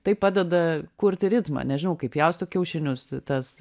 tai padeda kurti ritmą nežinau kai pjausto kiaušinius tas